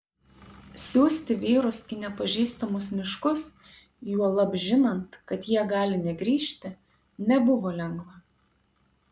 siųsti vyrus į nepažįstamus miškus juolab žinant kad jie gali negrįžti nebuvo lengva